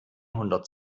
hundert